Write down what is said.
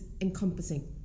encompassing